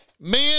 men